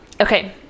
Okay